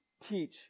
teach